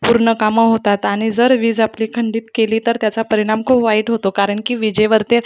पूर्ण कामं होतात आणि जर वीज आपली खंडित केली तर त्याचा परिणाम खूप वाईट होतो कारण की विजेवरती